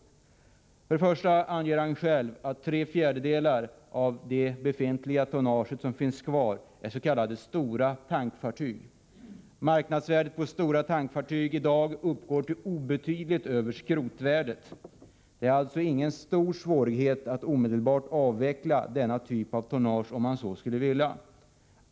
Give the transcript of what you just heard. Statsrådet Carlsson anger själv att tre fjärdedelar av det tonnage som finns kvar är s.k. stora tankfartyg. Marknadsvärdet på stora tankfartyg i dag uppgår till obetydligt över skrotvärdet. Det är alltså ingen svårighet att omedelbart avveckla denna typ av tonnage om man så skulle vilja.